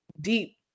deep